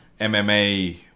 MMA